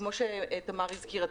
כמו שתמר הזכירה,